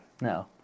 No